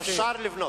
אפשר לבנות.